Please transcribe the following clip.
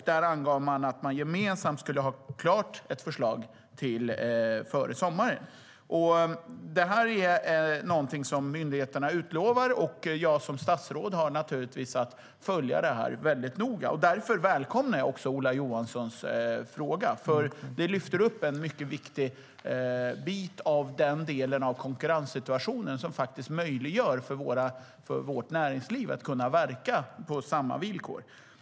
Där angav man att man gemensamt skulle ha klart ett förslag före sommaren. Det var någonting som myndigheterna utlovade. Jag som statsråd har naturligtvis att följa det väldigt noga. Jag välkomnar Ola Johanssons fråga, för den lyfter upp en mycket viktig bit av konkurrenssituationen som faktiskt möjliggör för vårt näringsliv att verka på samma villkor.